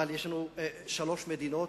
אבל יש לנו שלוש מדינות